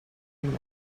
one